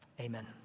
amen